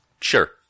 Sure